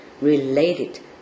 related